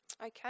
okay